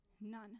None